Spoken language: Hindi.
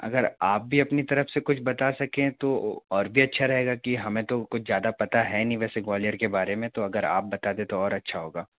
अगर आप भी अपनी तरफ़ से कुछ बता सकें तो और भी अच्छा रहेगा कि हमें तो कुछ ज़्यादा पता है नहीं वैसे तो ग्वालियर के बारे में तो अगर आप बता दे तो और अच्छा होगा